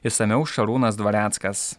išsamiau šarūnas dvareckas